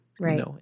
Right